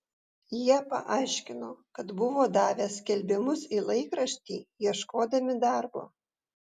jie paaiškino kad buvo davę skelbimus į laikraštį ieškodami darbo